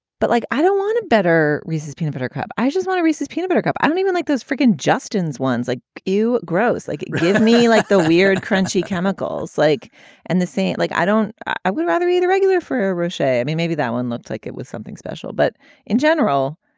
but like, i don't want a better reeses peanut butter crap. i just want a reese's peanut butter cup. i don't even like those friggin justins ones like you. gross like give me like the weird crunchy chemicals like and the same. like, i don't i would rather eat a regular for russia i mean, maybe that one looks like it was something special, but in general,